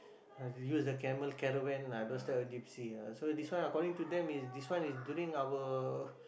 uh if they use a camel caravan ah those type of gypsies ah so this one according to them is this one is during our